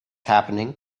happening